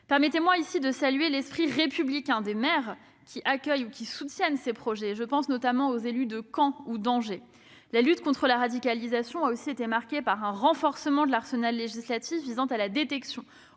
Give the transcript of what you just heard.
Permettez-moi d'ailleurs de saluer ici l'esprit républicain des maires qui accueillent et soutiennent ces projets. Je pense notamment aux élus de Caen ou d'Angers. La lutte contre la radicalisation a également été marquée par un renforcement de l'arsenal législatif visant à la détection,